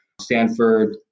Stanford